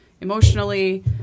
emotionally